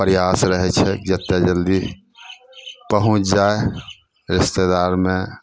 प्रयास रहै छै जतेक जल्दी पहुँचि जाइ रिश्तेदारमे